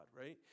right